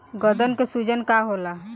गदन के सूजन का होला?